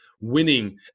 winning